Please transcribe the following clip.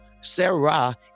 Sarah